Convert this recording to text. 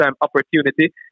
opportunity